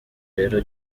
rero